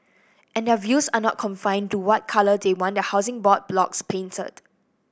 and their views are not confined to what colour they want their Housing Board blocks painted